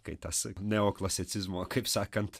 kai tas neoklasicizmo kaip sakant